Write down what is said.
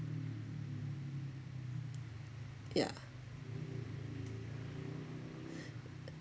ya